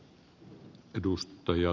herra puhemies